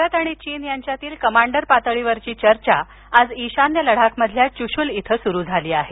भारत आणि चीन यांच्यातील कमांडर पातळीवरची चर्चा आज इशान्य लडाखमधील चुशूल इथं सुरु झाली आहे